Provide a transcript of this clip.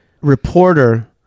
reporter